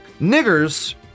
niggers